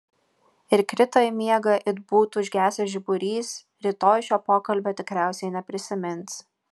ir krito į miegą it būtų užgesęs žiburys rytoj šio pokalbio tikriausiai neprisimins